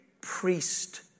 priest